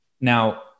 Now